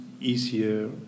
easier